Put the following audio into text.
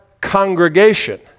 congregation